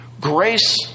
Grace